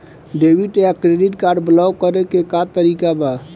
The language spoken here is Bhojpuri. डेबिट या क्रेडिट कार्ड ब्लाक करे के का तरीका ह?